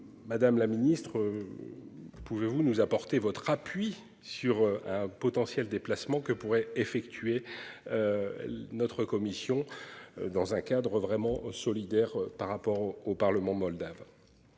Madame la ministre. Vous pouvez-vous nous apportez votre appui sur un potentiel déplacement que pourrait effectuer. Notre commission dans un cadre vraiment solidaire par rapport au, au Parlement moldave.